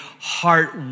heart